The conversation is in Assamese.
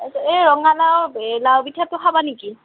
এই ৰঙালাউ এ লাউ পিঠাটো খাবা নেকি